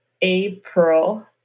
April